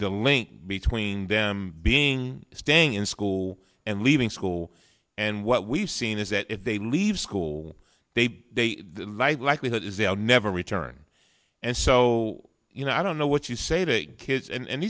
the link between them being staying in school and leaving school and what we've seen is that if they leave school they live likelihood is they'll never return and so you know i don't know what you say to a kid and